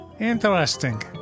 Interesting